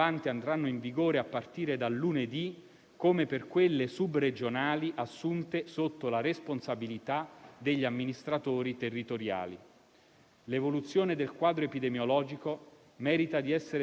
L'evoluzione del quadro epidemiologico merita di essere seguita con la massima attenzione. Dovremo verificare, passo dopo passo, se le misure siano adeguate a fronteggiare la situazione che va delineandosi.